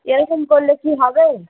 এরকম বললে কি হবে